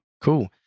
Cool